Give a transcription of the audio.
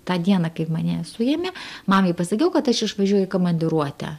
tą dieną kai mane suėmė mamai pasakiau kad aš išvažiuoju į komandiruotę